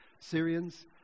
Syrians